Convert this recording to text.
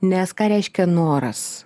nes ką reiškia noras